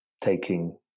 taking